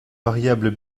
variables